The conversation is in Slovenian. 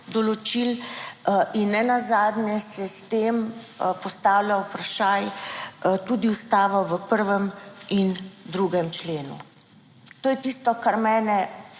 določil. In nenazadnje se s tem postavlja vprašaj tudi ustava v 1. in 2. členu. To je tisto, kar mene